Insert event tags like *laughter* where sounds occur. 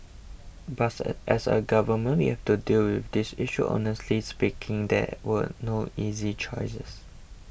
*unintelligible* as a government we have to deal with this issue honestly speaking there were no easy choices